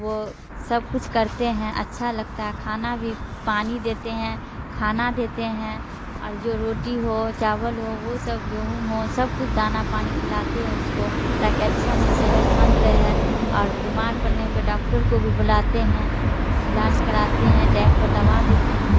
وہ سب کچھ کرتے ہیں اچھا لگتا ہے کھانا بھی پانی دیتے ہیں کھانا دیتے ہیں اور جو روٹی ہو چاول ہو وہ سب گیہوں ہو سب کچھ دانا پانی کھلاتے ہیں اس کو تا کہ اچھا سے صحت مند رہے اور بیمار پڑنے پہ ڈاکٹر کو بھی بلاتے ہیں علاج کراتے ہیں ٹائم پر دوبا دیتے ہیں